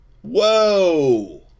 Whoa